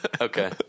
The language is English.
Okay